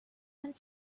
and